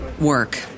work